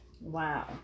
Wow